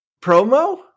promo